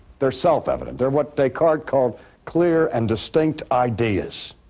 they're self-evident. they're what, descartes called clear and distinct ideas.